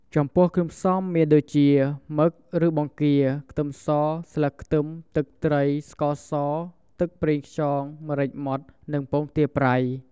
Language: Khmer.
ចំពោះគ្រឿងផ្សំមានដូចជា មឹក ឬបង្គា ខ្ទឹមស ស្លឹកខ្ទឹម ទឹកត្រី ស្ករស ទឹកប្រេងខ្យង ម្រេចម៉ដ្ឋ និងពងទាប្រៃ។